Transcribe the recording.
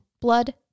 blood